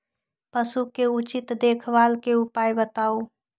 पशु के उचित देखभाल के उपाय बताऊ?